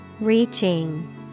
Reaching